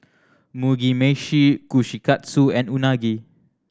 Mugi Meshi Kushikatsu and Unagi